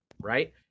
right